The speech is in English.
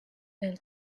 bill